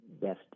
best